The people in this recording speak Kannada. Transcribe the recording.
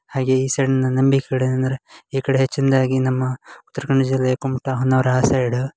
ಹಾಗೆ ಈ ಸೈಡ್ನ ನಂಬಿಕೆ ಕಡೆ ಅಂದರೆ ಈ ಕಡೆ ಹೆಚ್ಚಿನದಾಗಿ ನಮ್ಮ ಉತ್ರ ಕನ್ನಡ ಜಿಲ್ಲೆ ಕುಮುಟಾ ಹೊನ್ನಾವರ ಆ ಸೈಡ